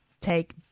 take